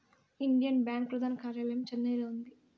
Indian bank ప్రధాన కార్యాలయం చెన్నైలో ఉంది